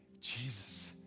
Jesus